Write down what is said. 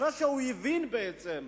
אחרי שהוא הבין בעצם,